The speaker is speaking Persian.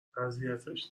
اذیتش